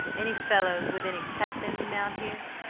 any fellows with any pep in them out here?